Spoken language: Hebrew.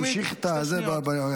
תמשיך בחוק הבא.